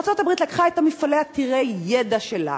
ארצות-הברית לקחה את המפעלים עתירי הידע שלה,